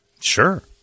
Sure